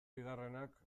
bigarrenak